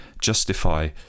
justify